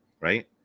right